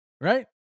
Right